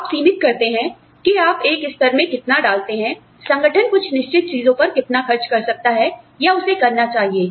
आप सीमित करते हैं कि आप एक स्तर में कितना डालते हैं संगठन कुछ निश्चित चीजों पर कितना खर्च कर सकता है या उसे करना चाहिए